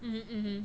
mmhmm